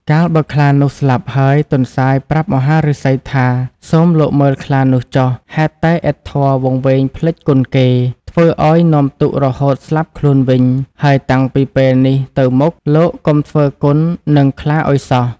កាលបើខ្លានោះស្លាប់ហើយ ទន្សាយប្រាប់មហាឫសីថា សូមលោកមើលខ្លានោះចុះ ហេតុតែឥតធម៌វង្វេងភ្លេចគុណគេ ធ្វើឱ្យនាំទុក្ខរហូតស្លាប់ខ្លួនវិញ ហើយតាំងពីពេលនេះទៅមុខ លោកកុំធ្វើគុណនឹងខ្លាឱ្យសោះ។